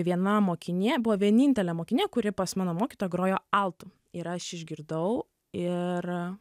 viena mokinė buvo vienintelė mokinė kuri pas mano mokytą grojo altu ir aš išgirdau ir